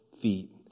feet